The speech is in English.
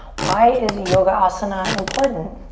why is yoga asana important?